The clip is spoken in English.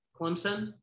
Clemson